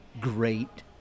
great